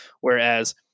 whereas